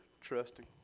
trusting